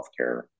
healthcare